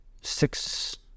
six